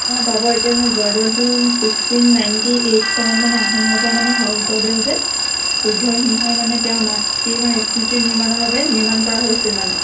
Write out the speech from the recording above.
অঁ পাব এতিয়া মানে জয়দৌলটো ছিক্সটিন নাইণ্টি এইট চনত মানে আহোম ৰজা মানে স্বৰ্গদেউ যে ৰুদ্ৰসিংহই মানে তেওঁৰ মাতৃৰ মানে স্মৃতি নিৰ্মাণৰ বাবে নিৰ্মাণ কৰা হৈছিল মানে